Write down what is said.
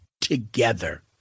together